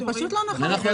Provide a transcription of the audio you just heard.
זה פשוט לא נכון.